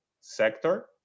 sector